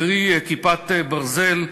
קרי "כיפת ברזל",